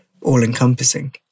all-encompassing